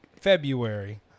February